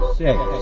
six